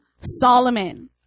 Solomon